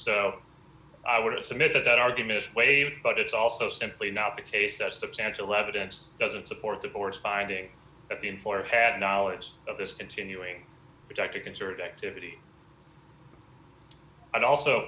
so i would submit that that argument is waived but it's also simply not the case that substantial evidence doesn't support the board's finding that the employer had knowledge of this continuing effect a concerted activity and also